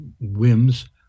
whims